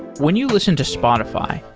when you listen to spotify,